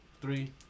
three